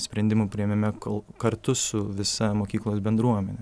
sprendimų priėmime kol kartu su visa mokyklos bendruomene